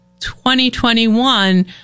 2021